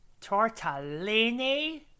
Tortellini